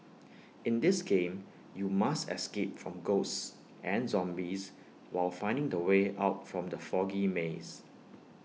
in this game you must escape from ghosts and zombies while finding the way out from the foggy maze